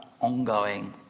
ongoing